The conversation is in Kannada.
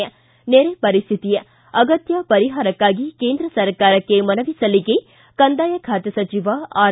ಿಸಿನೆರೆ ಪರಿಸ್ಥಿತಿ ಅಗತ್ಯ ಪರಿಹಾರಕ್ಕಾಗಿ ಕೇಂದ್ರ ಸರ್ಕಾರಕ್ಕೆ ಮನವಿ ಸಲ್ಲಿಕೆ ಕಂದಾಯ ಖಾತೆ ಸಚಿವ ಆರ್